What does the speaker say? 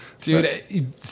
Dude